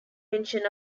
mention